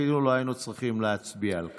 אפילו לא היינו צריכים להצביע על כך.